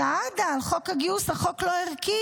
סעדה על חוק הגיוס: החוק לא ערכי.